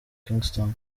kingston